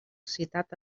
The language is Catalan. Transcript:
citat